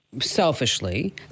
selfishly